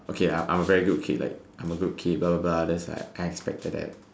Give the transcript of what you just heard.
okay I'm a very good kid like I'm a good kid blah blah blah like I expected that